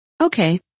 Okay